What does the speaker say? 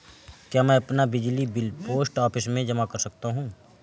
क्या मैं अपना बिजली बिल पोस्ट ऑफिस में जमा कर सकता हूँ?